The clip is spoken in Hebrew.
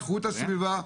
איכות הסביבה,